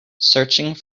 searching